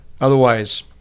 Otherwise